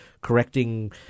correcting